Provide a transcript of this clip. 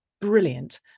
brilliant